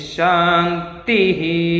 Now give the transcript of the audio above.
Shanti